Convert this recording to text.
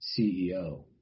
CEO